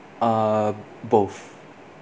uh both